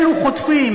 אלו חוטפים,